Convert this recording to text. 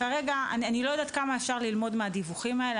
אני לא יודעת כמה אפשר ללמוד מהדיווחים האלה,